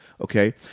okay